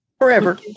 Forever